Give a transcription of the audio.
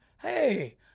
hey